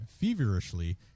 feverishly